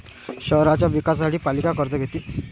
शहराच्या विकासासाठी पालिका कर्ज घेते